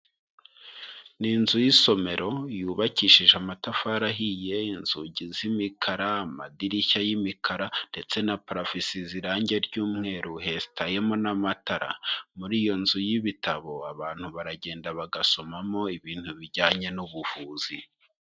Ni inzu y'isomero yubakishije amatafari ahiye, inzugi z'imikara, amadirishya y'imikara, ndetse na parafo isize irangi ry'umweru, hesitayemo n'amatara, muri iyo nzu y'ibitabo abantu baragenda bagasomamo ibintu bijyanye n'ubuvuzi.